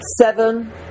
seven